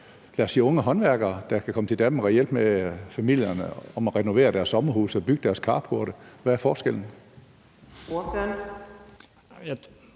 lad os sige unge håndværkere, der kan komme til Danmark og hjælpe familierne med at renovere deres sommerhuse og bygge deres carporte? Hvad er forskellen? Kl.